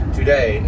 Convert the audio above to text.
today